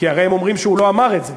כי הרי הם אומרים שהוא לא אמר את זה.